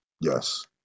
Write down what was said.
yes